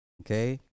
Okay